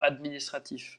administratif